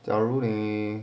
假如你